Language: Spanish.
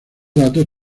datos